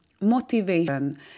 motivation